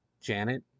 Janet